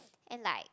and like